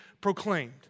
proclaimed